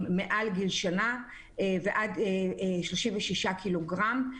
מעל גיל לשנה ועד משקל של 36 קילוגרם.